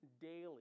daily